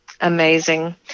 amazing